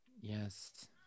Yes